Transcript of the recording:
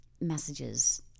messages